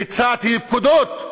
ביצעתי פקודות.